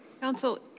Council